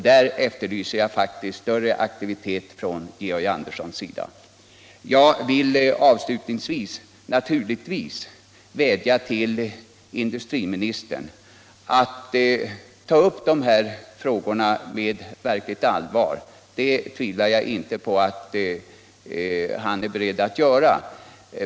Där efterlyser jag faktiskt större aktivitet från Georg Andersson. Avslutningsvis vill jag naturligtvis vädja till industriministern att ta upp dessa frågor med verkligt allvar. Det tvivlar jag inte på att han är beredd att göra.